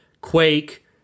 Quake